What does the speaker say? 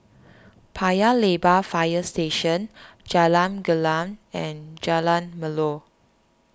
Paya Lebar Fire Station Jalan Gelam and Jalan Melor